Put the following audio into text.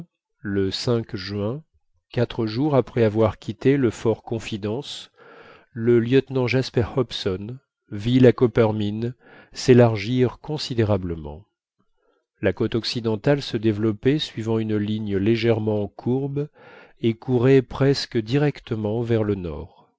le juin quatre jours après avoir quitté le fortconfidence le lieutenant jasper hobson vit la coppermine s'élargir considérablement la côte occidentale se développait suivant une ligne légèrement courbe et courait presque directement vers le nord